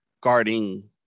guarding